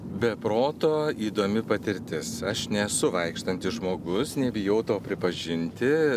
be proto įdomi patirtis aš nesu vaikštantis žmogus nebijau to pripažinti